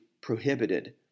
prohibited